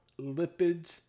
lipids